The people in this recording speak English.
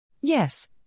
Yes